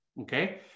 okay